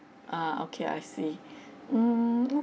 ah okay I see mm